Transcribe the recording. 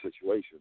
situation